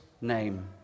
name